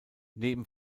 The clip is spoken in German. neben